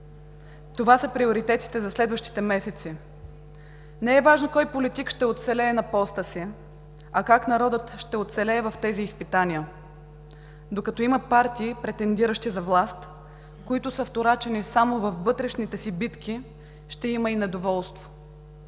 Това са приоритетите за следващите месеци. Не е важно кой политик ще оцелее на поста си, а как народът ще оцелее в тези изпитания. Докато има партии, претендиращи за власт, които са вторачени само във вътрешните си битки, ще има и недоволство.